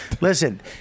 Listen